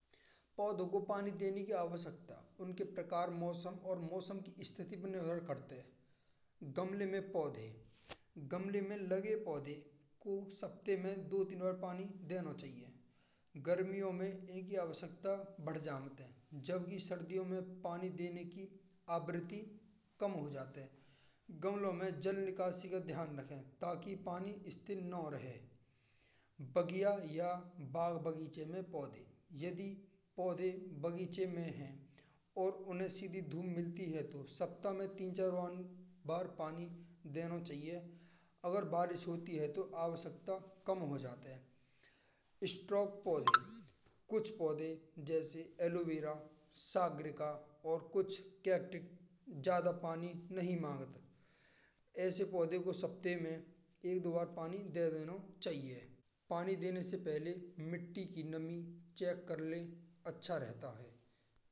पौधों को पानी देने की आवश्यकता उनके प्रकार मौसम और मौसम की स्थिति पर निर्भर करते हैं। गमले में पौधे गमले में लगे पौधे को सप्ताह में दो तीन बार पानी देना चाहिए। गर्मियों में इनकी आवश्यकता बढ़ जाती है जबकि सर्दियों में पानी देने की आवृत्ति कम हो जाती है। गमलों में जल निकासी का ध्यान रखें ताकि पानी स्थिर न रहे। बग़ीचा या बाग बग़ीचे में पौधे यदि पौधे बग़ीचे में हैं और उन्हें सीधी धूप मिलती है तो सप्ताह में तीन चार बार पानी देना चाहिए। अगर बारिश होती है तो आवश्यकता कम हो जाती है। स्ट्रोक पौधे कुछ पौधे जैसे एलो वेरा, सागरिका और कुछ कैक्टस ज़्यादा पानी नहीं मांगते। ऐसे पौधों को सप्ताह में एक दो बार पानी दे देना चाहिए। पानी देने से पहले मिट्टी की नमी चेक कर लेना अच्छा रहता है।